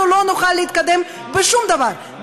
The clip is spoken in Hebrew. אנחנו לא נוכל להתקדם בשום דבר,